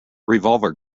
revolver